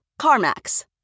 CarMax